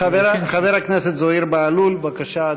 התשובה עוד תימסר בכתב, היא תקבל.